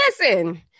Listen